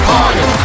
Party